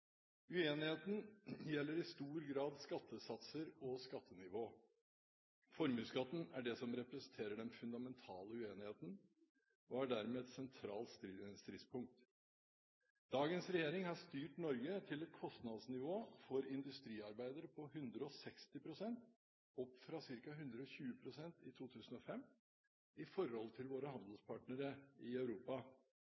Uenigheten gjelder i stor grad skattesatser og skattenivå. Formuesskatten er det som representerer den fundamentale uenigheten, og er dermed et sentralt stridspunkt. Dagens regjering har styrt Norge til et kostnadsnivå for industriarbeidere på 160 pst. – opp fra ca. 120 pst. i 2005 – i forhold til våre